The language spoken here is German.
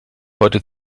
heute